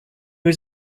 was